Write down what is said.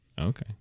Okay